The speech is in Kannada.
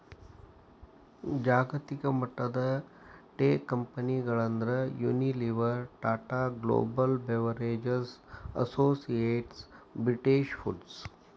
ಜಾಗತಿಕಮಟ್ಟದ ಟೇಕಂಪೆನಿಗಳಂದ್ರ Unilever, Tata Global Beverages, Associated British foods